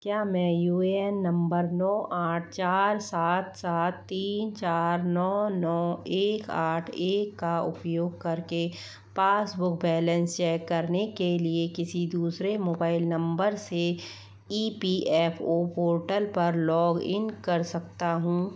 क्या मैं U A N number नौ आठ चार सात सात तीन चार नौ नौ एक आठ एक का उपयोग करके पासबुक बैलेंस चेक करने के लिए किसी दूसरे मोबाइल नंबर से E P F O portal पर लॉगिन कर सकता हूँ